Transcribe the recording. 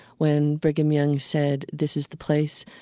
when brigham young said, this is the place,